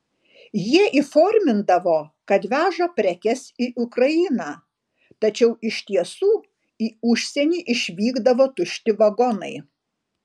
jie įformindavo kad veža prekes į ukrainą tačiau iš tiesų į užsienį išvykdavo tušti vagonai